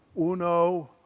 Uno